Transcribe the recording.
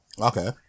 okay